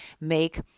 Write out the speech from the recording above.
make